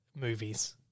movies